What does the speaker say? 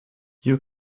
you